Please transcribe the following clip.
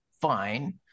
fine